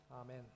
Amen